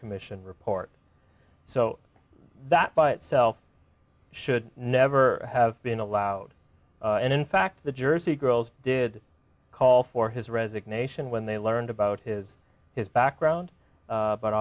commission report so that by itself should never have been allowed and in fact the jersey girls did call for his resignation when they learned about his his background